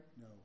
No